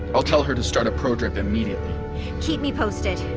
i'll tell her to start a pro-drip, immediately keep me posted,